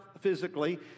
physically